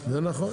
7 נגד.